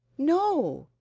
no,